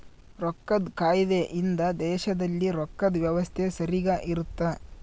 ರೊಕ್ಕದ್ ಕಾಯ್ದೆ ಇಂದ ದೇಶದಲ್ಲಿ ರೊಕ್ಕದ್ ವ್ಯವಸ್ತೆ ಸರಿಗ ಇರುತ್ತ